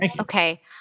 Okay